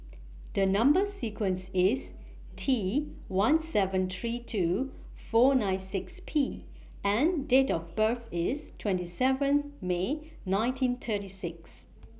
The Number sequence IS T one seven three two four nine six P and Date of birth IS twenty seven May nineteen thirty six